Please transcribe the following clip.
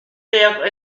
père